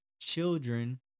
children